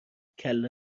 کله